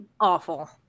awful